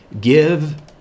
Give